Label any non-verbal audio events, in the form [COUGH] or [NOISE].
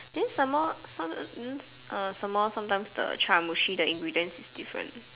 then some more some [NOISE] err some more sometimes the chawanmushi the ingredients is different